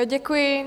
Děkuji.